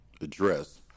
address